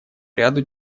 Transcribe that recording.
ряду